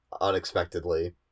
unexpectedly